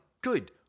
good